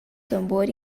tambor